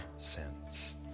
sins